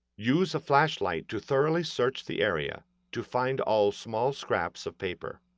use a flashlight to thoroughly search the area to find all small scraps of paper.